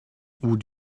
would